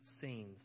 scenes